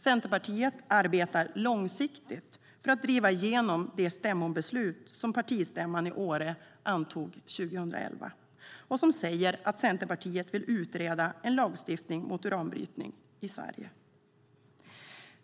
Centerpartiet arbetar långsiktigt för att driva igenom det stämmobeslut som partistämman i Åre antog 2011 och som säger att Centerpartiet vill utreda en lagstiftning mot uranbrytning i Sverige.